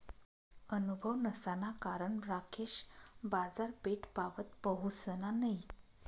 अनुभव नसाना कारण राकेश बाजारपेठपावत पहुसना नयी